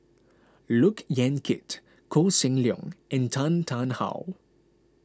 Look Yan Kit Koh Seng Leong and Tan Tarn How